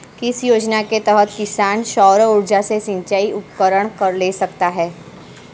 किस योजना के तहत किसान सौर ऊर्जा से सिंचाई के उपकरण ले सकता है?